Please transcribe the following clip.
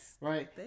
Right